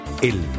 El